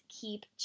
keep